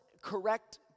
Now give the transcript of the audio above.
correct